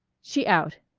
she out.